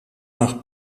nach